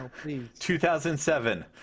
2007